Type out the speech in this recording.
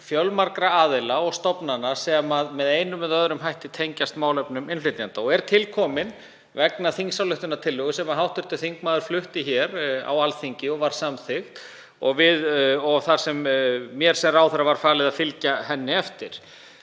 fjölmargra aðila og stofnana sem með einum eða öðrum hætti tengjast málefnum innflytjenda og er til komið vegna þingsályktunartillögu sem hv. þingmaður flutti hér á Alþingi, var samþykkt þar og mér sem ráðherra var falið að fylgja henni eftir.